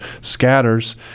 scatters